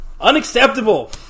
Unacceptable